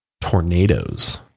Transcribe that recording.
tornadoes